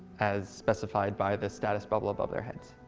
as specified by the status bubble above their heads.